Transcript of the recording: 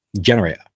generator